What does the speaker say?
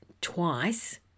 twice